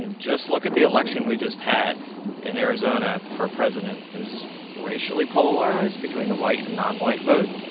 and just look at the election we just had in arizona for president. it was racially polarized between the white and non-white vote.